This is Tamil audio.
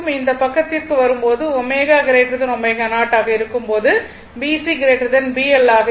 இந்த பக்கத்திற்கு வரும் போது ω ω0 ஆக இருக்கும்போது BC BL என இருக்கும்